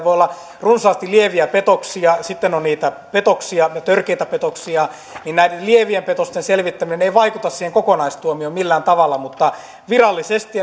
voi olla runsaasti lieviä petoksia ja sitten on niitä petoksia ja törkeitä petoksia ja näiden lievien petosten selvittäminen ei vaikuta siihen kokonaistuomioon millään tavalla mutta virallisesti